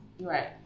Right